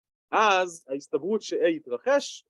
‫אז ההסתברות שאיי יתרחש...